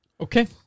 Okay